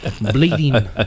bleeding